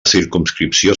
circumscripció